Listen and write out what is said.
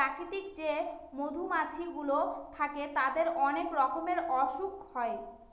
প্রাকৃতিক যে মধুমাছি গুলো থাকে তাদের অনেক রকমের অসুখ হয়